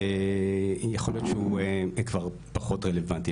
יכול להיות שהוא כבר לפחות רלוונטי.